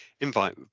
invite